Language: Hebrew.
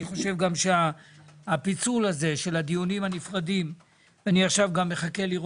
אני חושב גם שהפיצול הזה של הדיונים הנפרדים זה דבר